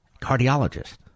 Cardiologist